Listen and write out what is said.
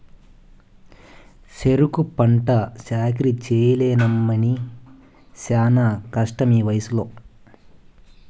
సెరుకు పంట సాకిరీ చెయ్యలేనమ్మన్నీ శానా కష్టమీవయసులో